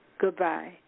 Goodbye